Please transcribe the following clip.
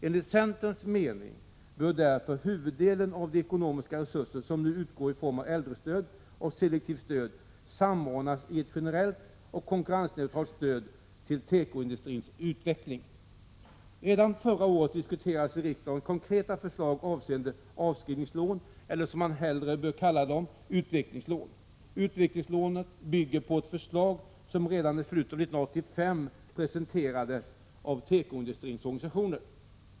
Enligt centerns mening bör därför huvuddelen av de ekonomiska resurser som nu utgår i form av äldrestöd och selektivt stöd samordnas i ett generellt och konkurrensneutralt stöd för tekoindustrins utveckling. Redan förra året diskuterades i riksdagen konkreta förslag avseende avskrivningslån eller, som de hellre bör kallas, utvecklingslån. Utvecklingslånet bygger på ett förslag som redan i slutet av 1985 presenterades av tekoindustrins organisationer.